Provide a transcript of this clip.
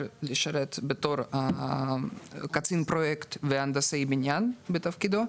לשרת בתור קצין פרויקט והנדסאי בניין בתפקידו,